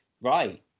Right